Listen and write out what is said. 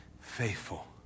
faithful